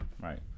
right